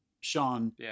Sean